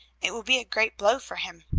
it will be a great blow for him.